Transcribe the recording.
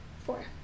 Four